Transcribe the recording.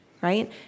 right